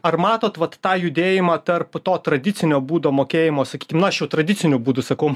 ar matote vat tą judėjimą tarp to tradicinio būdo mokėjimo sakykim na aš jau tradiciniu būdu sakau